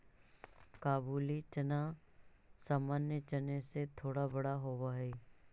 काबुली चना सामान्य चने से थोड़ा बड़ा होवअ हई